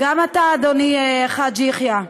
גם אתה, אדוני חאג' יחיא,